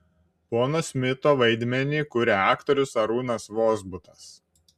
pono smito vaidmenį kuria aktorius arūnas vozbutas